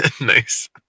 Nice